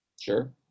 Sure